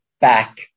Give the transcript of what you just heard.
back